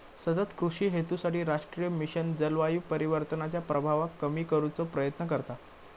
सतत कृषि हेतूसाठी राष्ट्रीय मिशन जलवायू परिवर्तनाच्या प्रभावाक कमी करुचो प्रयत्न करता